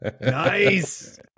Nice